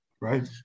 right